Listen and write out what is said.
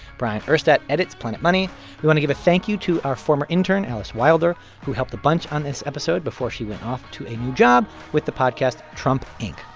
bryant urstadt edits planet money. we want to give a thank you to our former intern alice wilder who helped a bunch on this episode before she off to a new job with the podcast trump, inc.